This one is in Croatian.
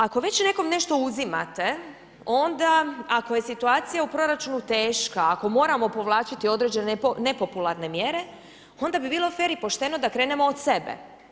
Ako već nekom nešto uzimate, onda ako je situacija u proračunu teška, ako moramo povlačiti određene nepopularne mjere, onda bi bilo fer i pošteno da krenemo od sebe.